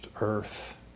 earth